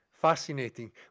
fascinating